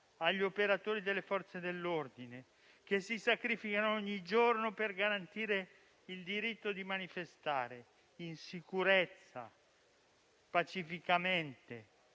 agli operatori delle Forze dell'ordine, che si sacrificano ogni giorno per garantire il diritto di manifestare in sicurezza, pacificamente.